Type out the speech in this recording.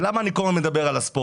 ולמה אני כל הזמן מדבר על הספורט?